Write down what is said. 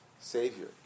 savior